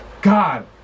god